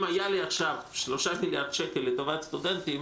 אם היה לי עכשיו 3 מיליארד שקל לטובת הסטודנטים